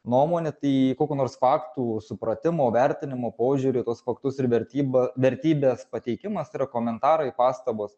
nuomonė tai kokių nors faktų supratimo vertinimo požiūrio į tuos faktus ir vertyba vertybės pateikimas tai yra komentarai pastabos